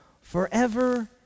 forever